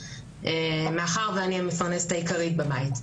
מאחר ואני המפרנסת העיקרית בבית,